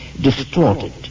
distorted